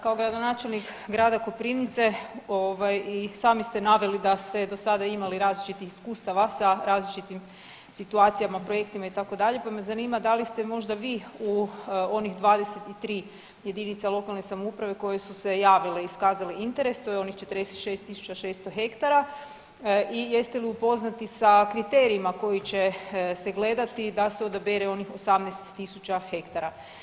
Kao gradonačelnik Grada Koprivnice i sami ste naveli da ste do sada imali različitih iskustava sa različitim situacijama, projektima itd. pa me zanima da li se možda vi u onih 23 jedinica lokalne samouprave koje su se javile i iskazale interes, to je onih 46.600 hektara i jeste li upoznati sa kriterijima koji će se gledati da se odabere onih 18.000 hektara?